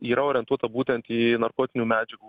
yra orientuota būtent į narkotinių medžiagų